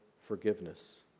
forgiveness